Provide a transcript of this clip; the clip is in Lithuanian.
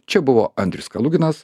čia buvo andrius kaluginas